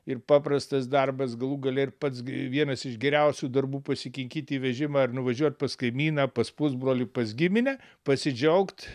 ir paprastas darbas galų gale ir pats gi vienas iš geriausių darbų pasikinkyt į vežimą ir nuvažiuot pas kaimyną pas pusbrolį pas giminę pasidžiaugt